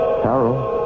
Carol